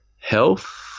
health